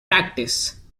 practice